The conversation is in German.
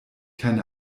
keine